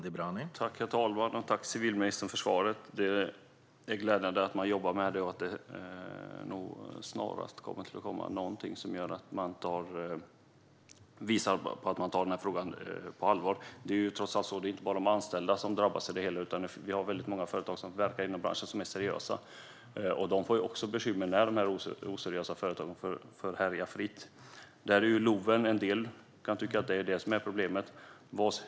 Herr talman! Tack, civilministern, för svaret! Det är glädjande att man jobbar med frågorna och att det kommer att hända något som visar att man tar frågan på allvar. Det är inte bara de anställda som drabbas. Det finns många seriösa företag i branschen, och de får också bekymmer när de oseriösa företagen får härja fritt. En del anser att LOV är problemet.